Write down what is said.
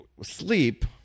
sleep